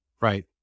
Right